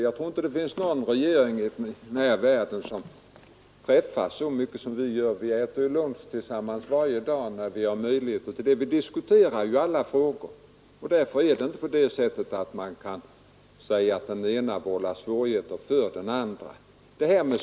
Jag tror inte att det finns någon regering i världen som träffas så mycket som vi gör. Vi äter lunch tillsammans varje dag, när vi har möjligheter därtill. Vi diskuterar alla frågor och därför förhåller det sig inte på det sättet att den ene vållar svårigheter för den andre.